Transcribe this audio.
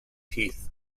teeth